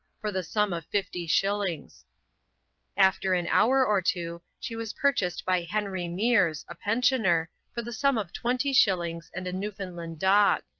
for the sum of fifty shillings after an hour or two, she was purchased by henry mears, a pensioner, for the sum of twenty shillings and a newfoundland dog.